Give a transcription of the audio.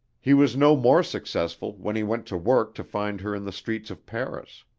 he was no more successful when he went to work to find her in the streets of paris.